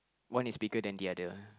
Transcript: one is bigger than the other